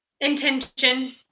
Intention